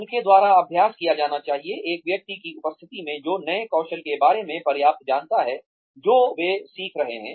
उनके द्वारा अभ्यास किया जाना चाहिए एक व्यक्ति की उपस्थिति में जो नए कौशल के बारे में पर्याप्त जानता है जो वे सीख रहे हैं